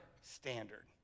standard